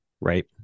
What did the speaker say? right